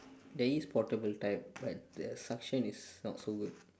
there is portable type but the suction is not so good